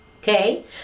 okay